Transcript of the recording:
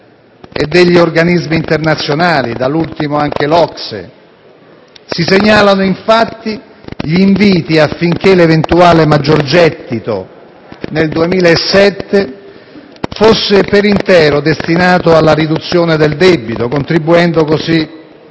e degli organismi internazionali (da ultimo, anche l'OCSE). Si segnalano, infatti, gli inviti affinché l'eventuale maggiore gettito nel 2007 sia per intero destinato alla riduzione del debito, contribuendo così